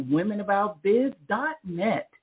WomenAboutBiz.net